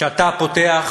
כשאתה פותח